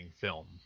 film